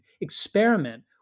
experiment